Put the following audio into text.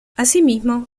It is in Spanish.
asimismo